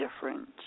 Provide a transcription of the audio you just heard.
different